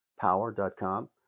power.com